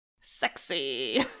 Sexy